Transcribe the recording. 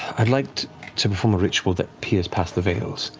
i'd like to perform a ritual that peers past the veils.